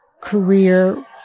career